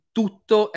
tutto